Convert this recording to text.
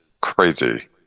crazy